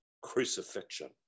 crucifixion